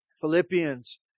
Philippians